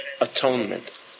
atonement